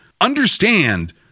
understand